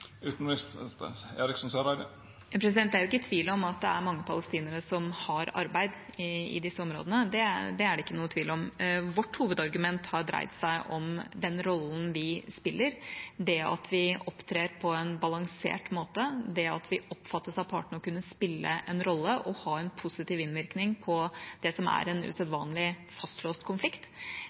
Det er ingen tvil om at det er mange palestinere som har arbeid i disse områdene. Det er det ikke noen tvil om. Vårt hovedargument har dreid seg om den rollen vi spiller – det at vi opptrer på en balansert måte, det at vi oppfattes av partene å kunne spille en rolle og ha en positiv innvirkning på det som er en usedvanlig fastlåst konflikt.